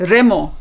Remo